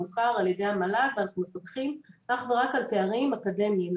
מוכר על ידי המל"ג ואנחנו מפקחים רק אך ורק על תארים אקדמיים,